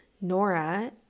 Nora